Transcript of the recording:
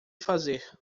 fazer